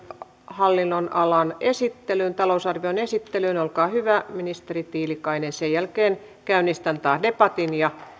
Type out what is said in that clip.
hallinnonalan talousarvion esittelyyn olkaa hyvä ministeri tiilikainen sen jälkeen käynnistän debatin ja